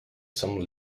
some